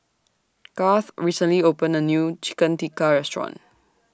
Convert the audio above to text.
Garth recently opened A New Chicken Tikka Restaurant